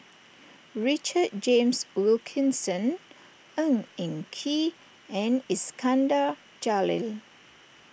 Richard James Wilkinson Ng Eng Kee and Iskandar Jalil